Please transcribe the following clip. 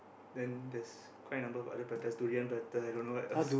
then there's quite a number of other pratas durian prata I don't know what else